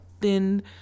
thin